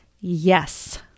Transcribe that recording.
Yes